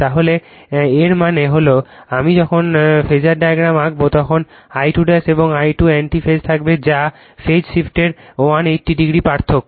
তাহলে এর মানে হল আমি যখন ফাসার ডায়াগ্রাম আঁকব তখন এই I2 এবং এই I2 অ্যান্টি ফেজে থাকবে যা ফেজ শিফটের 180 ডিগ্রি পার্থক্য